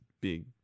big